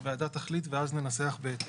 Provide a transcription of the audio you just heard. הוועדה תחליט ואז ננסח בהתאם.